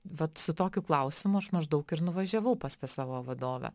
vat su tokiu klausimu aš maždaug ir nuvažiavau pas tą savo vadovę